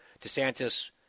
DeSantis